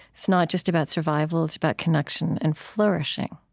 it's not just about survival it's about connection and flourishing